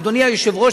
אדוני היושב-ראש,